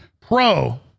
Pro